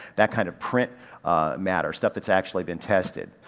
that kind of print matter. stuff that's actually been tested.